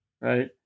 right